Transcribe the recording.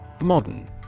Modern